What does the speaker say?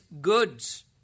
goods